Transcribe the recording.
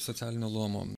socialinio luomo